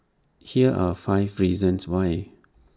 here are five reasons why